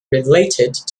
related